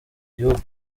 gihugu